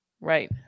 right